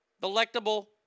delectable